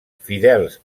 fidels